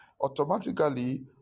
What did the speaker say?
Automatically